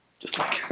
just like